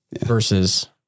versus